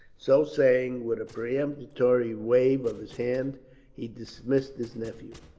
so saying, with a peremptory wave of his hand he dismissed his nephew.